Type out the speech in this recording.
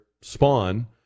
spawn